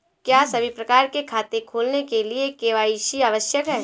क्या सभी प्रकार के खाते खोलने के लिए के.वाई.सी आवश्यक है?